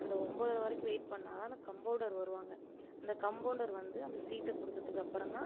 அந்த ஒம்பதர வரைக்கும் வெயிட் பண்ணால் தான் அந்த கம்போண்டர் வருவாங்க அந்த கம்போண்டர் வந்து அந்த சீட்டை கொடுத்ததுக்கு அப்புறம் தான்